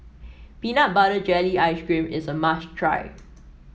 Peanut Butter Jelly Ice cream is a must try